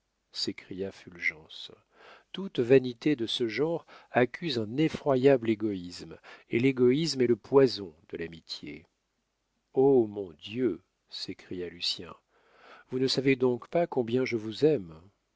fulgence toute vanité de ce genre accuse un effroyable égoïsme et l'égoïsme est le poison de l'amitié oh mon dieu s'écria lucien vous ne savez donc pas combien je vous aime